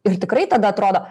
ir tikrai tada atrodo